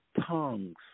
tongues